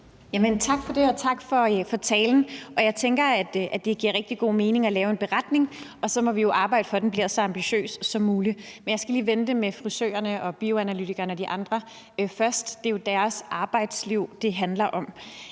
Tak for det, og tak for talen. Jeg tænker, at det giver rigtig god mening at lave en beretning, og så må vi jo arbejde for, at den bliver så ambitiøs som muligt, men jeg skal lige vende det med frisørerne, bioanalytikerne og de andre først. Det er jo deres arbejdsliv, det handler om.